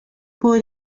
por